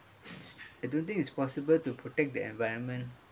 I don't think it's possible to protect the environment